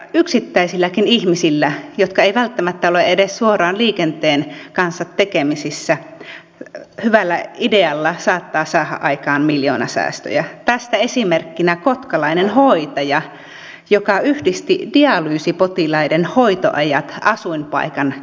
yksittäistenkin ihmisten jotka eivät välttämättä ole edes suoraan liikenteen kanssa tekemisissä hyvällä idealla saattaa saada aikaan miljoonasäästöjä tästä esimerkkinä kotkalainen hoitaja joka yhdisti dialyysipotilaiden hoitoajat asuinpaikan mukaan